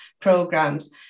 programs